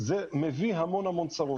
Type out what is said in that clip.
זה מביא המון המון צרות.